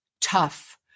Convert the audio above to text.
tough